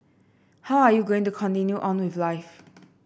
how are you going to continue on with life